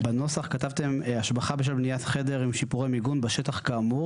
בנוסח כתבתם: "השבחה בשל בניית חדר עם שיפורי מיגון בשטח כאמור",